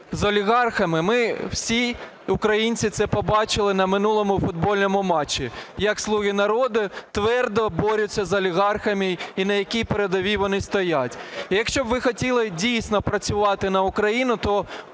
з олігархами. Ми всі українці це побачили на минулому футбольному матчі, як "слуги народу" твердо борються з олігархами, і на якій передовій вони стоять. Якщо б ви хотіли, дійсно, працювати на Україну, то